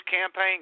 campaign